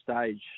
stage